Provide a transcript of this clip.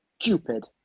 stupid